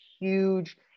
huge